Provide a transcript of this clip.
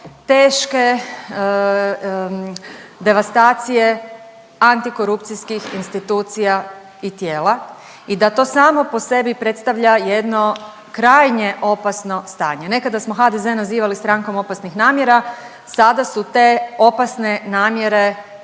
teške devastacije antikorupcijskih institucija i tijela i da to samo po sebi predstavlja jedno krajnje opasno stanje. Nekada smo HDZ nazivali strankom opasnih namjera, sada su te opasne namjere